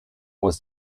was